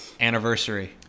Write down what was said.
anniversary